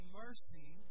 mercy